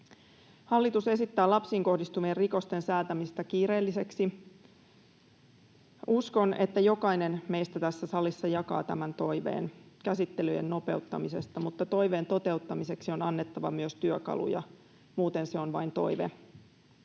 Hallitus esittää lapsiin kohdistuvien rikosten säätämistä kiireelliseksi. Uskon, että jokainen meistä tässä salissa jakaa tämän toiveen käsittelyjen nopeuttamisesta, mutta toiveen toteuttamiseksi on annettava myös työkaluja, muuten se on vain toive.